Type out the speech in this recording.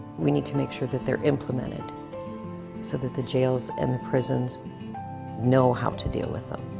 we need to make sure that they're implemented so that the jails and the prisons know how to deal with them,